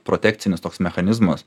protekcinis toks mechanizmas